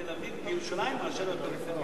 יש יותר עוני בתל-אביב ובירושלים מאשר בפריפריה.